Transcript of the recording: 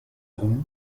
ronds